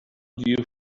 you